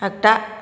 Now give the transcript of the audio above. आग्दा